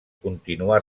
continuà